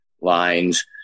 lines